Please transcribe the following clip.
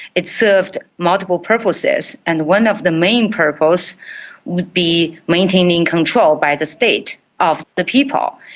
it served multiple purposes, and one of the main purposes would be maintaining control by the state of the people.